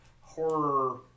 horror